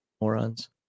Morons